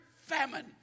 famine